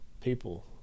people